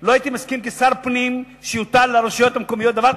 לא הייתי מסכים כשר הפנים שיוטל על הרשויות המקומיות דבר כזה.